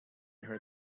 her